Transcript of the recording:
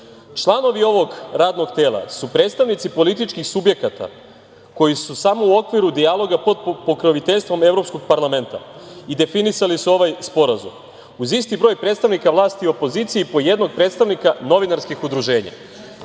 Članovi ovog radnog tela su predstavnici političkih subjekata koji su samo u okviru dijaloga pod pokroviteljstvom Evropskog parlamenta i definisali su ovaj sporazum uz isti broj predstavnika vlast i opozicije i po jednog predstavnika novinarskih udruženja. Ovde